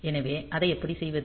எனவே அதை எப்படி செய்வது